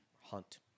hunt